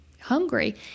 hungry